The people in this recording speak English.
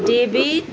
david